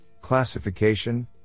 classification